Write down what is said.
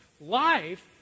Life